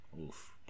oof